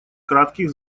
кратких